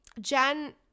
Jen